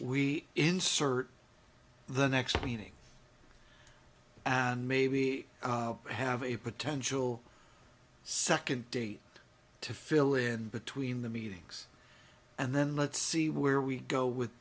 we insert the next meeting and maybe have a potential second date to fill in between the meetings and then let's see where we go with